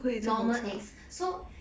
normal eggs so